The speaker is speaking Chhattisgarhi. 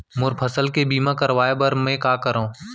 मोर फसल के बीमा करवाये बर में का करंव?